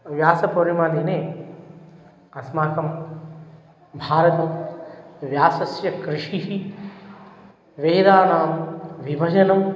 व्यासपूर्णिमा दिने अस्माकं भारते व्यासस्य कृषिः वेदानां विभजनं